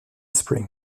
spring